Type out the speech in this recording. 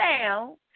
down